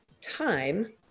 time